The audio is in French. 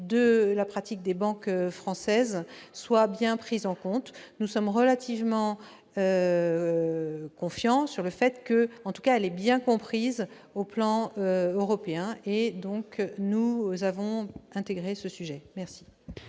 de la pratique des banques françaises soit bien prise en compte. Nous sommes relativement confiants ; en tout cas, cette exigence est bien comprise au plan européen. Nous avons donc intégré ce sujet. C'est